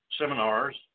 seminars